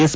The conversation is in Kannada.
ಎಸ್